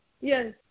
Yes